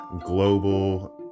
global